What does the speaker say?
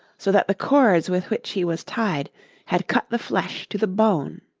so that the cords with which he was tied had cut the flesh to the bone.